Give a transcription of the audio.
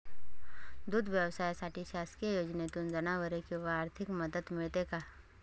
दूध व्यवसायासाठी शासकीय योजनेतून जनावरे किंवा आर्थिक मदत मिळते का?